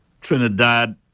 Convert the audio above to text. Trinidad